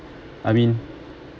I mean